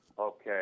Okay